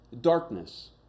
darkness